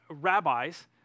rabbis